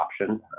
option